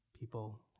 People